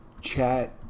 chat